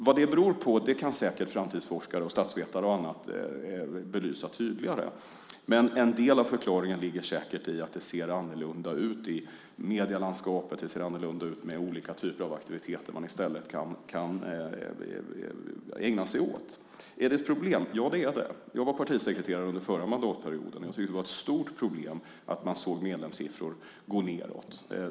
Vad det beror på kan säkert framtidsforskare och statsvetare och andra belysa tydligare, men en del av förklaringen ligger säkert i att det ser annorlunda ut i medielandskapet och att det är olika typer av aktiviteter man i stället kan ägna sig åt. Är det ett problem? Ja, det är det. Jag var partisekreterare under förra mandatperioden och tyckte att det var ett stort problem att man såg medlemssiffror gå nedåt.